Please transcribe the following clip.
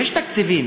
יש תקציבים,